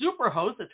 Superhost